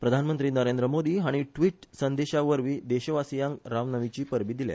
प्रधानमंत्री नरेंद्र मोदी हांणी व्टीट संदेशावरवी देशवासियांक रामनमीची परबी दिल्या